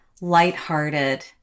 lighthearted